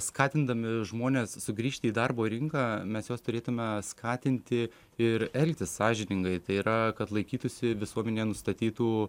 skatindami žmones sugrįžti į darbo rinką mes juos turėtume skatinti ir elgtis sąžiningai tai yra kad laikytųsi visuomenėje nustatytų